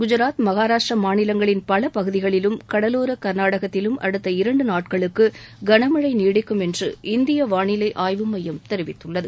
குஜராத் மகாராஷ்டிரா மாநிலங்களின் பல பகுதிகளிலும் கடலோர கர்நாடகத்திலும் அடுத்த இரண்டு நாட்களுக்கு கனமழை நீடிக்கும் என்று இந்திய வானிலை ஆய்வு மையம் தெரிவித்துள்ளது